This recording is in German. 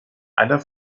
aller